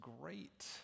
great